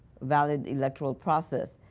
valid electoral process,